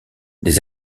les